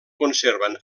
conserven